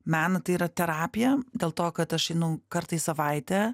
meną tai yra terapija dėl to kad aš einu kartą į savaitę